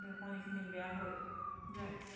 মানে কণীখিনি বেয়া হৈ যায়